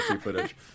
footage